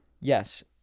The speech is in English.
Yes